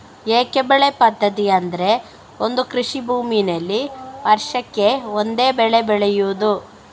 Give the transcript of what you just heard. ಏಕ ಬೆಳೆ ಪದ್ಧತಿ ಅಂದ್ರೆ ಒಂದು ಕೃಷಿ ಭೂಮಿನಲ್ಲಿ ವರ್ಷಕ್ಕೆ ಒಂದೇ ಬೆಳೆ ಬೆಳೆಯುದು